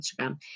Instagram